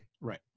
Right